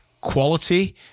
quality